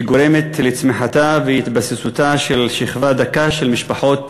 שגורמת לצמיחתה והתבססותה של שכבה דקה של משפחות